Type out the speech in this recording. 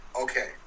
Okay